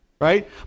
right